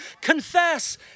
Confess